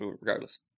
regardless